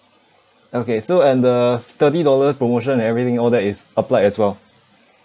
okay so and the thirty dollar promotion everything all that is applied as well